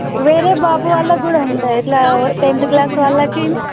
వేరే బాబు వాళ్ళకు కూడా ఉంటాయా ఇట్లా టెన్త్ క్లాస్ వాళ్ళకీని